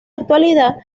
actualidad